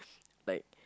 like